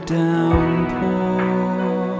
downpour